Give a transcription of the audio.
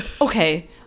Okay